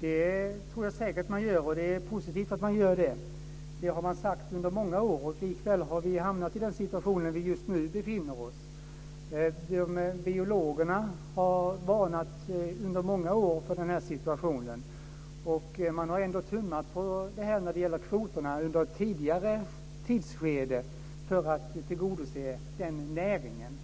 Det tror jag säkert, och det är positivt att man gör det. Men det har man sagt i många år. Likväl har vi hamnat i nuvarande situation. Biologerna har i många år varnat för den här situationen. Man har ändå tummat på kvoterna i tidigare skede för att tillgodose näringen.